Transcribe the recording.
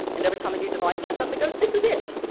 and every time a new device turns up they go, this is it,